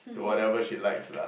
to whatever she likes lah